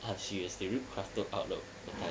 I'm serious they wood crafted out the prototype